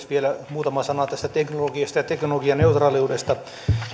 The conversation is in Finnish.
vielä muutama sana tästä teknologiasta ja teknologianeutraaliudesta